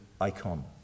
icon